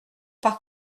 par